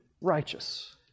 righteous